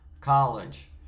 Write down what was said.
college